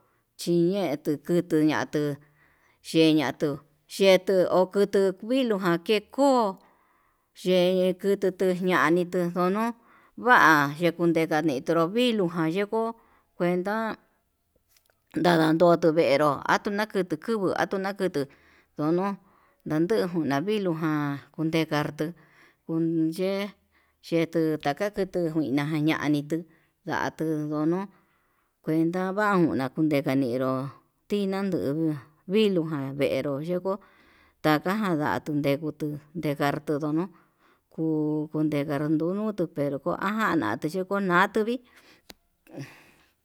Chiñe'e tukutu natuu chiñatu xhetu okotu kuii viluu ján ke kuu yeña kutu ña'a nanitu ngunu, va'a yekunduñedato viluu jan yeko kuenta tañanotonró venró atunakutu kunguo atunakutu unu ndanduna naviluu ján kunde katuu uun ye'e yetuu taka kutu nuina ñanitu, natuu ndono kuenda vauna kune'e naninro tinanguu viluu ján venró yekuu taja ján tundekutu kutu ndekan kutu no'o, kuu kundekandunu tuu pero kuu ajan nate yikonatuu vi'í.